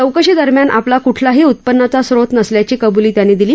चौकशीदरम्यान आपला कुठल्याही उत्पन्नाचा स्रोत नसल्याची कबुली त्याने दिली